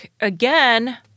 again